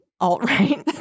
alt-right